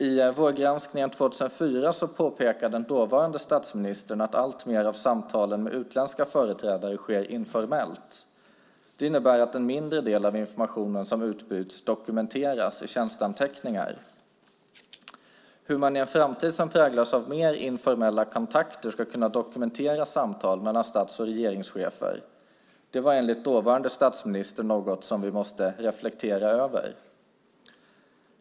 I vårgranskningen år 2004 påpekade den dåvarande statsministern att alltmer av samtalen med utländska företrädare sker informellt. Det innebär att en mindre del av informationen som utbyts dokumenteras i tjänsteanteckningar. Hur man i en framtid som präglas av mer informella kontakter ska kunna dokumentera samtal mellan stats och regeringschefer var enligt dåvarande statsministern något som vi måste reflektera över.